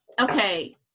okay